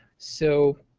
so